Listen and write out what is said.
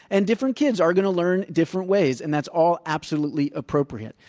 and different kids are going to learn different ways, and that's all absolutely appropriate.